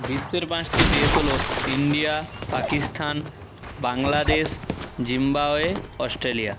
বিশ্বের পাঁচটি দেশ হলো India Pakistan Bangladesh Zimbabwe Australia